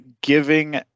giving